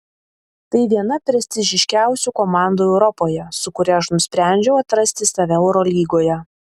tai viena prestižiškiausių komandų europoje su kuria aš nusprendžiau atrasti save eurolygoje